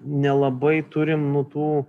nelabai turim tų